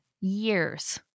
years